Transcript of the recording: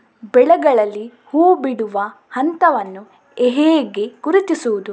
ಬೆಳೆಗಳಲ್ಲಿ ಹೂಬಿಡುವ ಹಂತವನ್ನು ಹೇಗೆ ಗುರುತಿಸುವುದು?